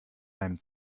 meinem